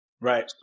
Right